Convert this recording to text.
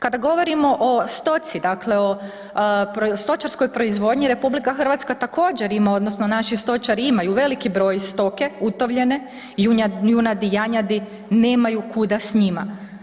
Kada govorimo o stoci, dakle o stočarskoj proizvodnji, RH također, ima, odnosno naši stočari imaju veliki broj stoke utovljene, junadi, janjadi, nemaju kuda s njima.